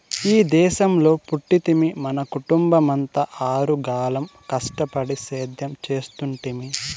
ఈ దేశంలో పుట్టితిమి మన కుటుంబమంతా ఆరుగాలం కష్టపడి సేద్యం చేస్తుంటిమి